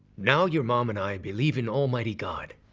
now your mom and i believe in almighty god.